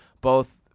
Both-